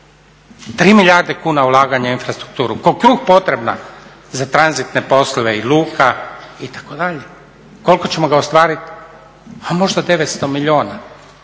3 milijarde kuna ulaganja u infrastrukturu ko kruh potrebna za tranzitne poslove i luka itd. Koliko ćemo ga ostvariti? A možda 900 milijuna.